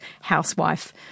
housewife